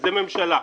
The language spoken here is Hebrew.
זאת ממשלה.